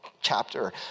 chapter